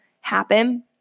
happen